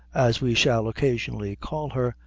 as we shall occasionally call her,